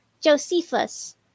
josephus